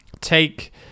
take